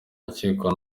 rukiko